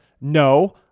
No